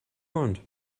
want